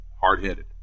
hard-headed